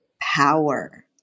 power